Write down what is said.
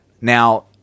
Now